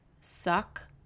suck